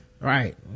Right